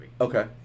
Okay